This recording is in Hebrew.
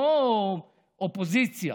לא באופוזיציה.